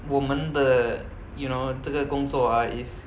我们的 you know 这个工作 ah is